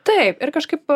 taip ir kažkaip